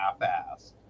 half-assed